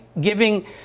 giving